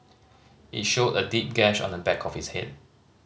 it showed a deep gash on the back of his head